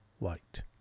light